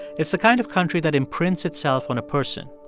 it's the kind of country that imprints itself on a person,